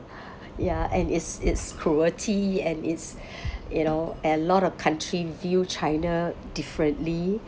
ya and it's it's cruelty and it's you know a lot of country view china differently